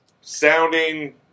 sounding